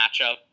matchup